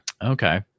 Okay